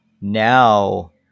now